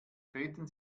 treten